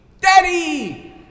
Daddy